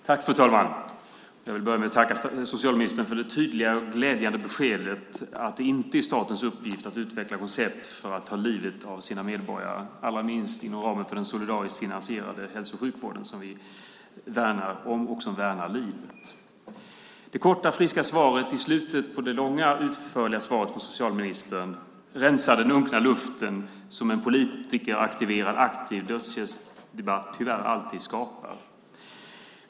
Fru talman! Jag vill börja med att tacka socialministern för det tydliga och glädjande beskedet att det inte är statens uppgift att utveckla koncept för att ta livet av sina medborgare, allra minst inom ramen för den solidariskt finansierade hälso och sjukvården som vi värnar om och som värnar livet. Det korta friska svaret i slutet på det långa utförliga svaret från socialministern rensar den unkna luften som en politikeraktiverad aktiv dödshjälpsdebatt tyvärr alltid skapar.